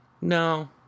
No